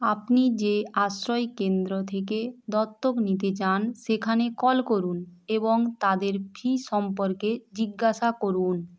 আপনি যে আশ্রয়কেন্দ্র থেকে দত্তক নিতে চান সেখানে কল করুন এবং তাদের ফি সম্পর্কে জিজ্ঞাসা করুন